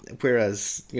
whereas